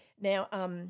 Now